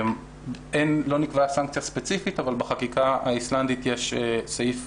לא נקבעה סנקציה ספציפית אבל בחקיקה האיסלנדית יש סעיף